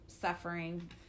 suffering